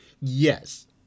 yes